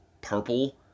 purple